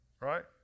Right